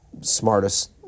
smartest